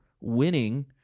winning